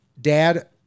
Dad